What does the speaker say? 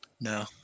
no